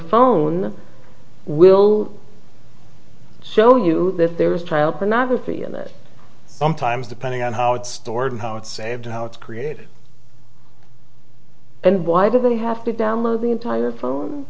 phone will so new that there's child pornography and that sometimes depending on how it's stored and how it saved and how it's created and why did they have to download the entire phone